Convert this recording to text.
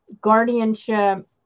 guardianship